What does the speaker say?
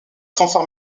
fanfare